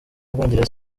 bwongereza